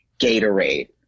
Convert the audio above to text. Gatorade